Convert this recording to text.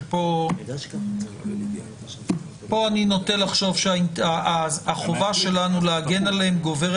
שבמקרים כאלה אני נוטה לחשוב שהחובה שלנו להגן עליהם גוברת